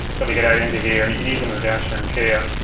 that we could add into here and you can use them in the downstream keyer.